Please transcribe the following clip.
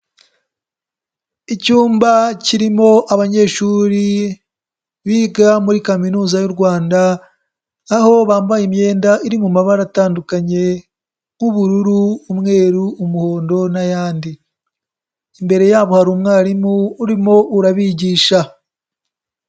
Icyumba kirimo abanyeshuri biga muri Kaminuza y'u Rwanda, aho bambaye imyenda iri mu mabara atandukanye y'ubururu, umweru, umuhondo n'ayandi. Imbere yabo hari umwarimu urimo urabigisha.